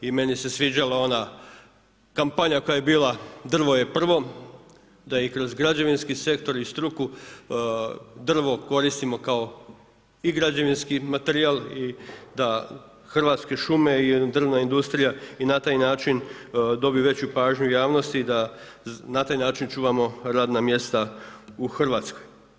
I meni se sviđala ona kampanja koja je bila drvo je prvo, da i kroz građevinski sektor i struku drvo koristimo kao i građevinski materijal i da Hrvatske šume i drvna industrija i na taj način dobi veću pažnju javnosti, da na taj način čuvamo radna mjesta u Hrvatskoj.